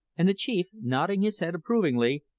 and the chief, nodding his head approvingly,